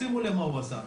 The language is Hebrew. שימו לב מה הוא עשה,